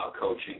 coaching